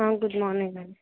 good morning అండి